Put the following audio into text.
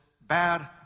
bad